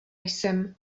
jsem